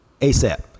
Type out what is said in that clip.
ASAP